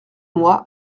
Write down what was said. moi